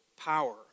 power